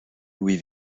louis